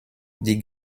die